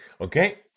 Okay